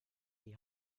die